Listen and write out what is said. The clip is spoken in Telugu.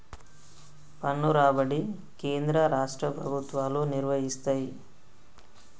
పన్ను రాబడి కేంద్ర రాష్ట్ర ప్రభుత్వాలు నిర్వయిస్తయ్